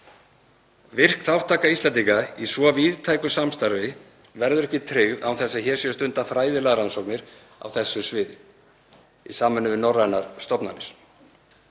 Virk þátttaka Íslendinga í svo víðtæku samstarfi verður ekki tryggð án þess að hér séu stundaðar fræðilegar rannsóknir á þessum sviðum í samvinnu við norrænar stofnanir.